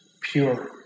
pure